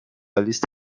لیست